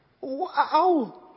Wow